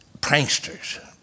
pranksters